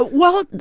ah well,